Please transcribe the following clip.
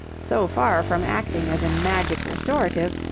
so far from acting as a magic restorative,